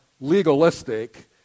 legalistic